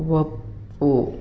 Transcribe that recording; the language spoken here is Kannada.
ಒಪ್ಪು